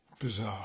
Bizarre